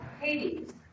Hades